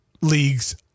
leagues